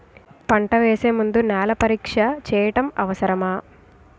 పంట వేసే ముందు నేల పరీక్ష చేయటం అవసరమా?